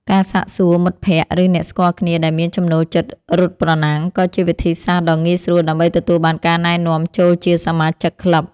ការសាកសួរមិត្តភក្តិ ឬអ្នកស្គាល់គ្នាដែលមានចំណូលចិត្តរត់ប្រណាំង ក៏ជាវិធីសាស្ត្រដ៏ងាយស្រួលដើម្បីទទួលបានការណែនាំចូលជាសមាជិកក្លឹប។